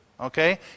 Okay